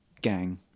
gang